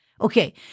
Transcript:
Okay